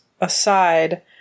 aside